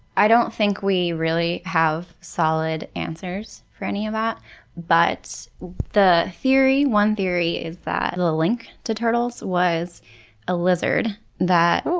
don't think we really have solid answers for any of that but the theory, one theory, is that the link to turtles was a lizard that,